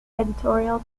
editorial